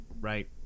right